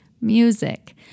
music